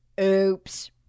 Oops